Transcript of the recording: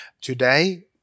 Today